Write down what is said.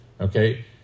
Okay